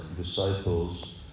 disciples